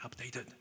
updated